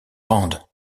rende